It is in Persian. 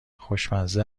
خوشمزه